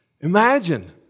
Imagine